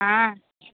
ஆ